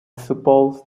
suppose